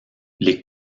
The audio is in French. les